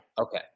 Okay